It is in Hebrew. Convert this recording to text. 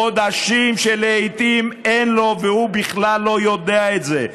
חודשים שלעיתים אין לו והוא בכלל לא יודע את זה,